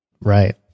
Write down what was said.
Right